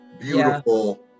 beautiful